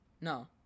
No